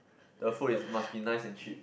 the food is must be nice and cheap